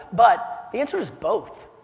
but the answer is both.